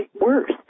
worse